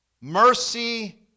mercy